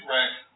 Right